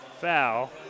foul